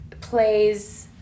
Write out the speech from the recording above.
plays